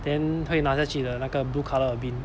then 会拿下去的那个 blue colour 的 bin